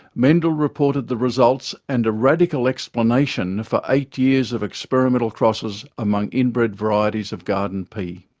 mendel reported the results and a radical explanation for eight years of experimental crosses among inbred varieties of garden pea.